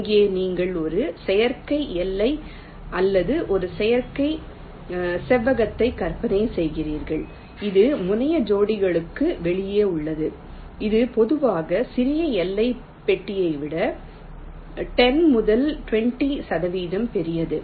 இங்கே நீங்கள் ஒரு செயற்கை எல்லை அல்லது ஒரு செயற்கை செவ்வகத்தை கற்பனை செய்கிறீர்கள் இது முனைய ஜோடிகளுக்கு வெளியே உள்ளது இது பொதுவாக சிறிய எல்லை பெட்டியை விட 10 முதல் 20 சதவீதம் பெரியது